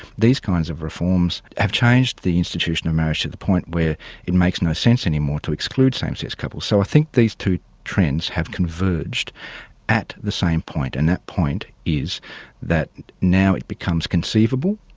these kinds of reforms have changed the institution of marriage to the point where it makes no sense anymore to exclude same-sex couples. so i think these two trends have converged at the same point, and that point is that now it becomes conceivable,